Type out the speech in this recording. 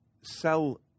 sell